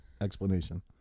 explanation